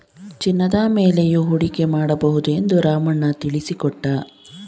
ಚಿನ್ನದ ಮೇಲೆಯೂ ಹೂಡಿಕೆ ಮಾಡಬಹುದು ಎಂದು ರಾಮಣ್ಣ ತಿಳಿಸಿಕೊಟ್ಟ